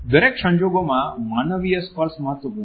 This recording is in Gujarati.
દરેક સંજોગોમાં માનવીય સ્પર્શ મહત્વપૂર્ણ છે